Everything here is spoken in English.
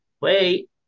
wait